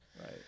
Right